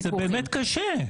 זה באמת קשה.